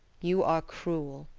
you are cruel,